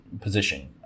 position